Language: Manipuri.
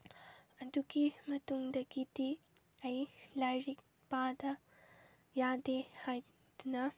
ꯑꯗꯨꯒꯤ ꯃꯇꯨꯡꯗꯒꯤꯗꯤ ꯑꯩ ꯂꯥꯏꯔꯤꯛ ꯄꯥꯗ ꯌꯥꯗꯦ ꯍꯥꯏꯗꯨꯅ